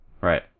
Right